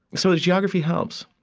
so geography helps.